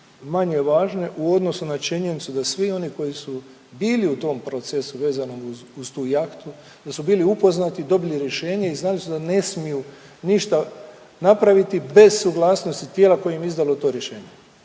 manje važne u odnosu na činjenicu da svi oni koji su ili u tom procesu vezano uz tu jahtu, da su bili upoznati, dobili rješenje i znali su da ne smiju ništa napraviti bez suglasnosti tijela koje im je izdalo to rješenje,